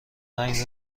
رنگ